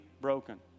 broken